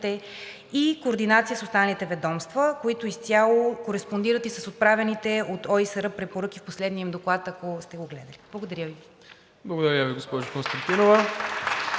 и координация с останалите ведомства, които изцяло кореспондират и с отправените от ОИСР препоръки в последния им доклад, ако сте го гледали. Благодаря Ви. (Ръкопляскания от министрите